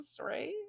right